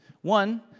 One